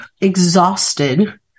exhausted